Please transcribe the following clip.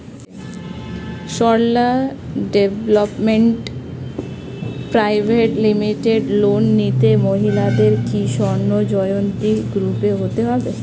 Sarala development private limited loan নিতে মহিলাদের কি স্বর্ণ জয়ন্তী গ্রুপে হতে হবে?